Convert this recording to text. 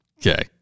Okay